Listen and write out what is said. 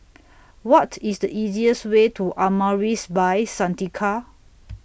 What IS The easiest Way to Amaris By Santika